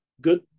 good